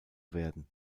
werden